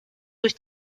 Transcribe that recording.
durch